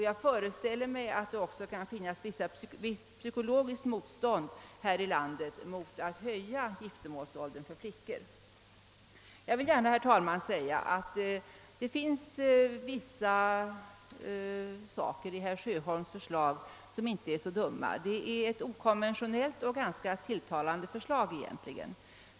Jag föreställer mig också att det här i landet kan finnas ett visst psykologiskt motstånd mot att höja giftermålsåldern för flickor. Jag vill gärna, herr talman, medge att vissa saker i herr Sjöholms förslag inte är så dumma. Det är egentligen ett okonventionellt och ganska tilltalande förslag.